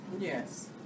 Yes